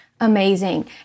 amazing